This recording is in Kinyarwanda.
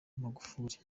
magufuli